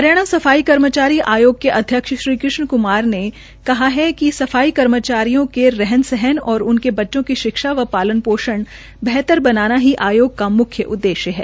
हरियाणा सफाई कर्मचारी आयोग के उ ाध्यक्ष श्री कृष्ण कुमार ने कहा है कि सफाई कर्मचारियों के रहन सहन उनके बच्चों की शिक्षा व शालन शोषण बेहतर बनाना ही आयोग का मुख्य उद्देश्य है